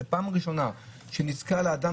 זו פעם ראשונה שנתקל האזרח,